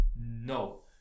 no